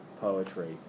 poetry